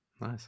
Nice